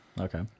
Okay